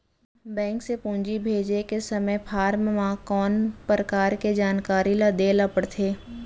Bank से पूंजी भेजे के समय फॉर्म म कौन परकार के जानकारी ल दे ला पड़थे?